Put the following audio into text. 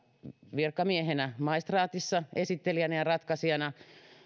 virkamiehenä maistraatissa esittelijänä ja ratkaisijana